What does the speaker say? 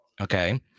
Okay